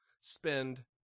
spend